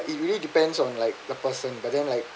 it really depends on like the person but then like